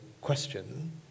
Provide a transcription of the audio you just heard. question